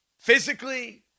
Physically